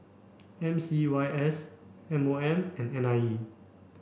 M C Y S M O M and N I E